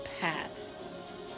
path